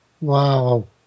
Wow